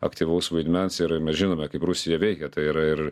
aktyvaus vaidmens ir mes žinome kaip rusija veikia tai yra ir